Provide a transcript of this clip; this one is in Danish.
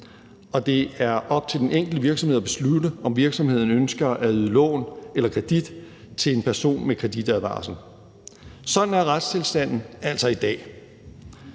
og det er op til den enkelte virksomhed at beslutte, om virksomheden ønsker at yde lån eller kredit til en person med kreditadvarsel. Sådan er retstilstanden altså i dag.